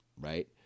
right